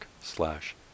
slash